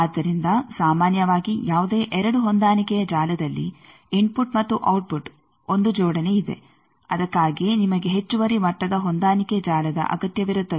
ಆದ್ದರಿಂದ ಸಾಮಾನ್ಯವಾಗಿ ಯಾವುದೇ 2 ಹೊಂದಾಣಿಕೆಯ ಜಾಲದಲ್ಲಿ ಇನ್ಫುಟ್ ಮತ್ತು ಔಟ್ಪುಟ್ ಒಂದು ಜೋಡಣೆ ಇದೆ ಅದಕ್ಕಾಗಿಯೇ ನಿಮಗೆ ಹೆಚ್ಚುವರಿ ಮಟ್ಟದ ಹೊಂದಾಣಿಕೆ ಜಾಲದ ಅಗತ್ಯವಿರುತ್ತದೆ